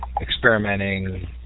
experimenting